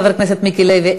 חבר הכנסת מיקי לוי,